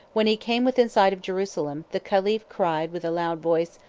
when he came within sight of jerusalem, the caliph cried with a loud voice,